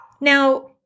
Now